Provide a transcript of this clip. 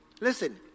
Listen